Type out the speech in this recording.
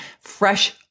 fresh